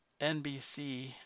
NBC